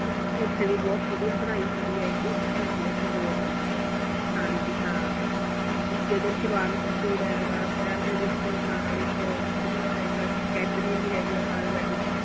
ਉਥੇ ਵੀ ਬਹੁਤ ਵਧੀਆ ਪੜਾਈ ਹੁੰਦੀ ਹੈਗੀ C B S E board ਆ ਹਾਂਜੀ ਹਾਂ ਇੱਕ ਇਧਰ ਸ਼ਿਵਾਲਿਕ ਸਕੂਲ ਹੈਗਾ ਸ਼ਹਿਰ ਦੇ ਵਿੱਚ ਨਾਲ ਇੱਕ ਇਧਰ ਆਪਣੇ ਇੱਕ ਅਕੈਡਮੀ ਵੀ ਹੈਗੀ ਆ ਅਕਾਲ ਅਕੈਡਮੀ